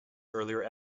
earlier